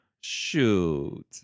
Shoot